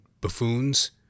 buffoons